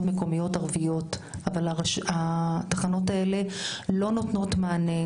מקומיות ערביות אבל התחנות האלה לא נותנות מענה,